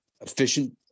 efficient